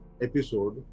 episode